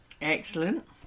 Excellent